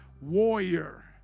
warrior